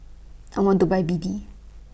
I want to Buy B D